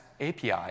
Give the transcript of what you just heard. API